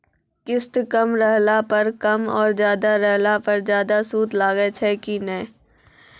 किस्त कम रहला पर कम और ज्यादा रहला पर ज्यादा सूद लागै छै कि नैय?